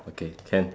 okay can